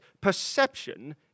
perception